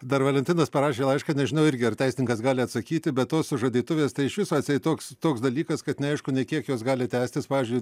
dar valentinas parašė laišką nežinau irgi ar teisininkas gali atsakyti be to sužadėtuvės tai iš viso atseit toks toks dalykas kad neaišku nei kiek jos gali tęstis pavyzdžiui